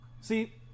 See